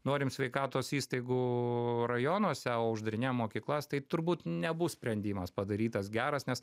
norim sveikatos įstaigų rajonuose o uždarinėjam mokyklas tai turbūt nebus sprendimas padarytas geras nes